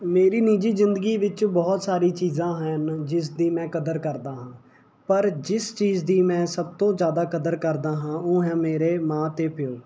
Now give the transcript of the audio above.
ਮੇਰੀ ਨਿੱਜੀ ਜ਼ਿੰਦਗੀ ਵਿੱਚ ਬਹੁਤ ਸਾਰੀ ਚੀਜ਼ਾਂ ਹਨ ਜਿਸਦੀ ਮੈਂ ਕਦਰ ਕਰਦਾ ਹਾਂ ਪਰ ਜਿਸ ਚੀਜ਼ ਦੀ ਮੈਂ ਸਭ ਤੋਂ ਜ਼ਿਆਦਾ ਕਦਰ ਕਰਦਾ ਹਾਂ ਉਹ ਹੈ ਮੇਰੇ ਮਾਂ ਅਤੇ ਪਿਉ